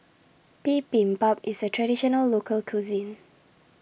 Bibimbap IS A Traditional Local Cuisine